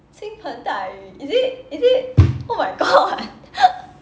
倾盆大雨 is it is it oh my god